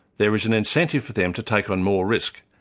there is an incentive for them to take on more risk,